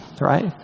right